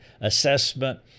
assessment